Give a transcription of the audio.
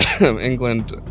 England